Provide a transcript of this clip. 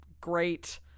great